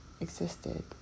existed